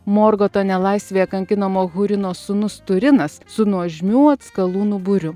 morgoto nelaisvėje kankinamo hurino sūnus turinas su nuožmių atskalūnų būriu